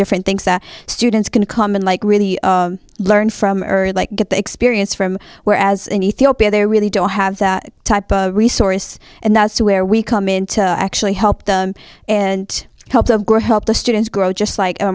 different things that students can come in like really learn from earth like get the experience from whereas in ethiopia they really don't have that type of resource and that's where we come into actually help them and help them grow help the students grow just like